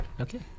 Okay